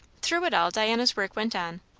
through it all diana's work went on,